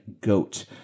goat